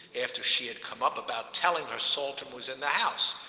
after she had come up, about telling her saltram was in the house,